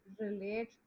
relate